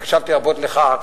והקשבתי רבות לך,